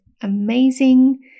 amazing